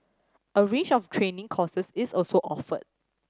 a range of training courses is also offered